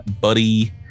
buddy